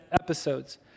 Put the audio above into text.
episodes